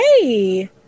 hey